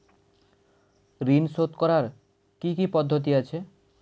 ঋন শোধ করার কি কি পদ্ধতি আছে?